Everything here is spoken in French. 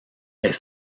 est